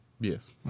Yes